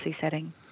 setting